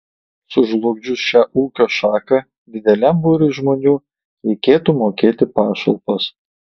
sužlugdžius šią ūkio šaką dideliam būriui žmonių reikėtų mokėti pašalpas